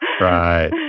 Right